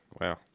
Wow